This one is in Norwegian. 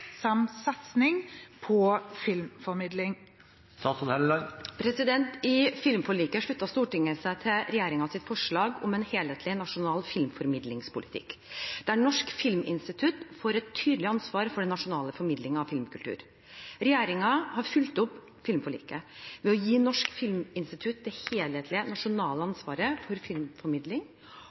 satsing på filmformidling?» I filmforliket sluttet Stortinget seg til regjeringens forslag om en helhetlig nasjonal filmformidlingspolitikk, der Norsk filminstitutt får et tydelig ansvar for den nasjonale formidlingen av filmkultur. Regjeringen har fulgt opp filmforliket ved å gi Norsk filminstitutt det helhetlige nasjonale ansvaret for filmformidling